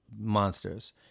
Monsters